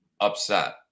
upset